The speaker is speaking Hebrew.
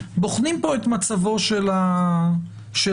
בוחנים פה את מצבו של האדם.